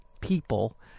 people